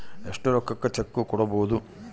ಎಷ್ಟು ರೊಕ್ಕಕ ಚೆಕ್ಕು ಕೊಡುಬೊದು